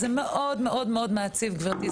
זה מאוד מאוד מעציב גברתי.